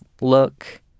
look